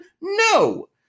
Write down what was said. No